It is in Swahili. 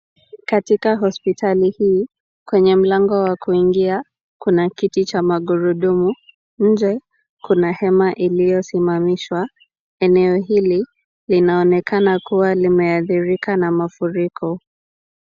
Katika hospitali hii kwenye mlango wa kuingia kuna kiti cha magurudumu. Nje kuna hema iliyosimamishwa. Eneo hili linaonekana kuwa limeathirika na mafuriko.